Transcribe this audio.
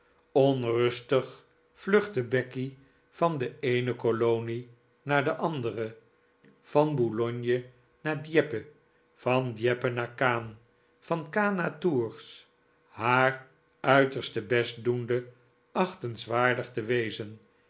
onrustig vluchtte becky van de eene kolonie naar de andere van boulogne naar dieppe van dieppe naar caen van caen naar tours haar uiterste best doende achtenswaardig te wezen